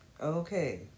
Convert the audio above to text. okay